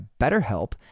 BetterHelp